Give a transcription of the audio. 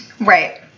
Right